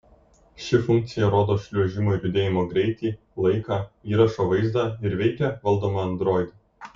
ši funkcija rodo šliuožimo ir judėjimo greitį laiką įrašo vaizdą ir veikia valdoma android